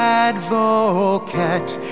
advocate